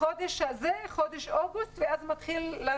חודש אוגוסט הוא ממש תקופה, ואז הכול מתחיל לרדת.